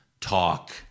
talk